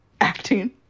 acting